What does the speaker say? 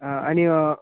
आनी